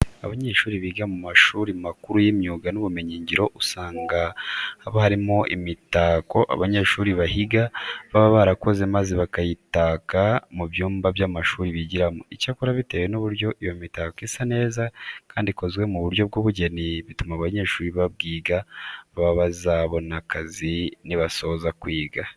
Abanyeshuri biga mu mashuri makuru y'imyuga n'ubumenyingiro usanga haba harimo imitako abanyeshuri bahiga baba barakoze maze bakayitaka mu byumba by'amashuri bigiramo. Icyakora bitewe n'uburyo iyo mitako isa neza kandi ikozwe mu buryo bw'ubugeni, bituma abanyeshuri babwiga baba bazabona akazi nibasoza kwiga.